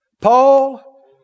Paul